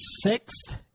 sixth